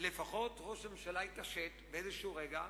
לפחות ראש הממשלה התעשת באיזה רגע,